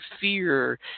fear